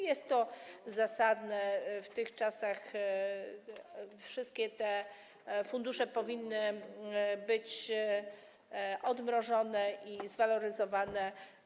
Jest to zasadne, w tych czasach wszystkie te fundusze powinny być odmrożone i zwaloryzowane.